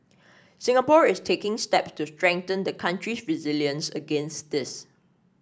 Singapore is taking steps to strengthen the country's resilience against this